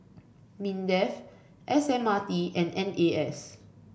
Mindef S M R T and N A S